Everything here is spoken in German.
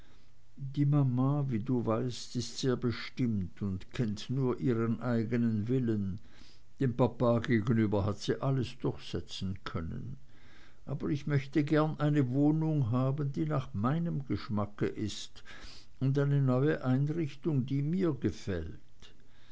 die mama wie du weißt ist sehr bestimmt und kennt nur ihren eignen willen dem papa gegenüber hat sie alles durchsetzen können aber ich möchte gern eine wohnung haben die nach meinem geschmack ist und eine neue einrichtung die mir gefällt